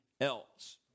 else